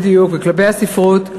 בדיוק, וכלפי הספרות.